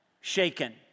shaken